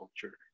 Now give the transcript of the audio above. culture